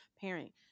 parent